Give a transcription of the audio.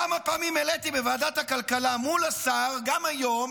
כמה פעמים העליתי בוועדת הכלכלה מול השר, גם היום,